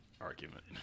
argument